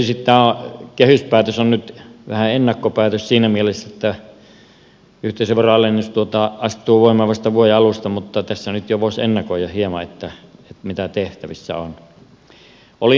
tietysti tämä kehyspäätös on nyt vähän ennakkopäätös siinä mielessä että yhteisöveron alennus astuu voimaan vasta vuoden alusta mutta tässä nyt jo voisi ennakoida hieman mitä tehtävissä on